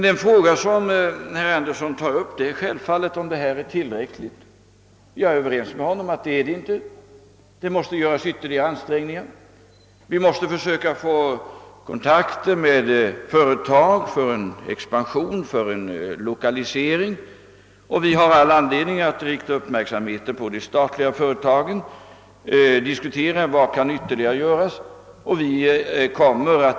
Den fråga som herr Andersson i Luleå tar upp är självfallet, om detta är tillräckligt. Jag är överens med honom om att så inte är fallet. Vi måste göra ytterligare ansträngningar. Vi måste söka kontakter med företag för en expansion och en lokalisering. Vi har all anledning att ha vår uppmärksamhet riktad på de statliga företagen och att diskutera vad som där ytterligare kan göras.